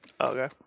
Okay